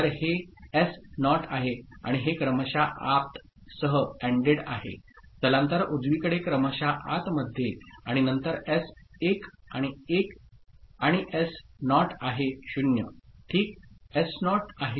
तर हे S naught आहे आणिहेक्रमशः आत सह ANDएड आहे स्थलांतर उजवीकडे क्रमशः आतमध्येआणि नंतर S1आहे1 आणि एस नॉटआहे0 ठीकएसनॉट आहे0